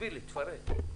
תסביר ותפרט.